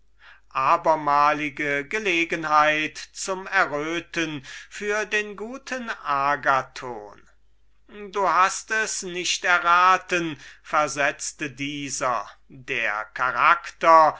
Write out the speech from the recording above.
abermalige gelegenheit zum erröten für den guten agathon du hast es nicht erraten sagte er der charakter